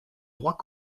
droit